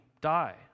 die